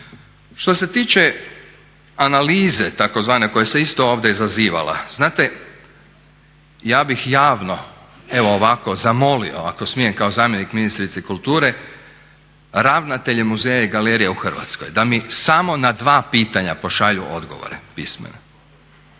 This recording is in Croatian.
Što se tiče analize tzv. koja se isto ovdje zazivala, znate, ja bih javno, evo ovako zamolio ako smijem kao zamjenik ministrice kulture ravnatelje muzeja i galerija u Hrvatskoj da mi samo na dva pitanja pošalju odgovore pismene.